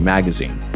Magazine